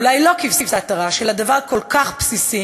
אולי לא כבשת הרש, אלא דבר כל כך בסיסי